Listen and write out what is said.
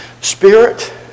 Spirit